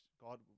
God